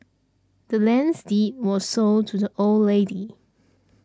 the land's deed was sold to the old lady